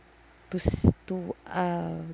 to s~ to uh